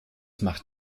macht